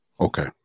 Okay